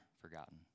forgotten